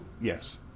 Yes